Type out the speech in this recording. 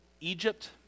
Egypt